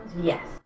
Yes